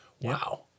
wow